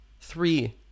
Three